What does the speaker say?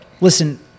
Listen